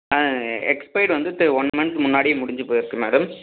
expired வந்து the one month முன்னாடியே முடிஞ்சு போயிருக்கு மேடம்